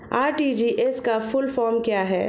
RTGS का full form क्या है?